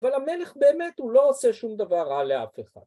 אבל המלך באמת הוא לא עושה שום דבר רע לאף אחד.